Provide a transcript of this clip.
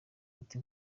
ati